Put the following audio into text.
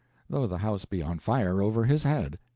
though the house be on fire over his head.